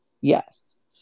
yes